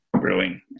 brewing